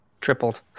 tripled